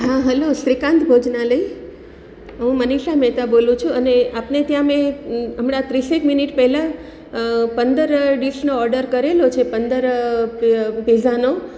હા હલો શ્રીકાંત ભોજનાલય હું મનીષા મહેતા બોલું છું અને આપને ત્યાં મેં હમણાં ત્રીસેક મિનિટ પહેલાં પંદર ડિશનો ઓડર કરેલો છે પંદર પીઝાનો